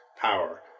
power